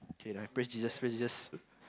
okay I praise Jesus praise Jesus